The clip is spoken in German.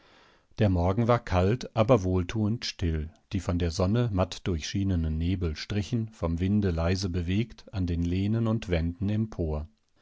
der morgen war kalt aber wohltuend still die von der sonne matt durchschienenen nebel strichen vom winde leise bewegt an den lehnen und wänden empor